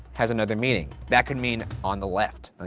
has another meaning. that could mean, on the left, or